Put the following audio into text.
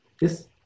Yes